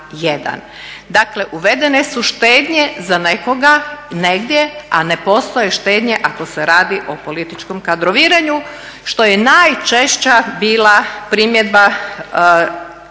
Dakle uvedene su štednje za nekoga negdje a ne postoje štednje ako se radi o političkom kadroviranju što je najčešća bila primjedba